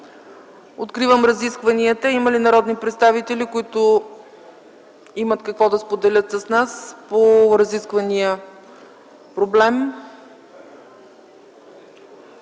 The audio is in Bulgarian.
Откривам разискванията. Има ли народни представители, които имат какво да споделят с нас по разисквания проблем?